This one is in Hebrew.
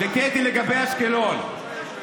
וקטי, לגבי אשקלון,